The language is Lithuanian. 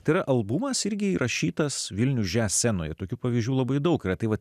tai yra albumas irgi įrašytas vilnius jazz scenoje tokių pavyzdžių labai daug ir tai va